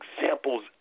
examples